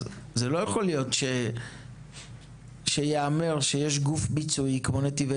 לא יכול להיות שייאמר שיש גוף ביצועי כמו נתיבי